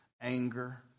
anger